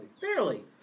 Barely